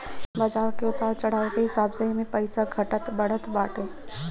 बाजार के उतार चढ़ाव के हिसाब से एमे पईसा घटत बढ़त बाटे